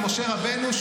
כשאני מדבר על משה רבנו,